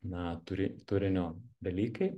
na turi turinio dalykai